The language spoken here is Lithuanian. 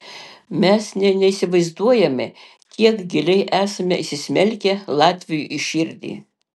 mes nė neįsivaizduojame kiek giliai esame įsismelkę latviui į širdį